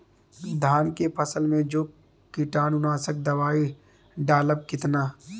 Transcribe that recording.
धान के फसल मे जो कीटानु नाशक दवाई डालब कितना?